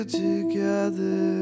together